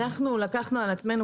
אנחנו לקחנו על עצמנו,